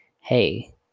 Hey